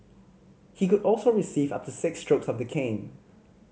he could also receive up to six strokes of the cane